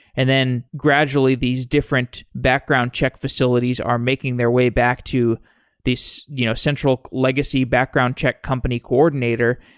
and then gradually these different background check facilities are making their way back to these you know central legacy background check company coordinator.